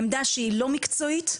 עמדה שהיא לא מקצועית,